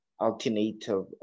alternative